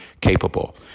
capable